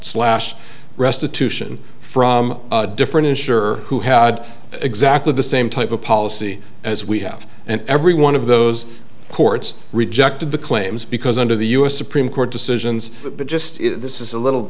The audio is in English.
slash restitution from different ensure who had exactly the same type of policy as we have and every one of those courts rejected the claims because under the u s supreme court decisions but just this is a little